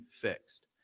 fixed